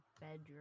bedroom